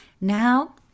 Now